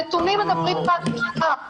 הנתונים מדברים בעד עצמם.